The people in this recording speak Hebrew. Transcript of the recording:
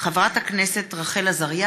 חבר הכנסת איציק שמולי,